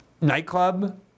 nightclub